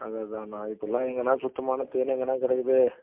அதுதான் அதாண்ணா இப்போல்லாம் எங்கேண்ணா சுத்தமான தேன் எங்கேண்ணா கிடைக்கிது